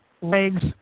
legs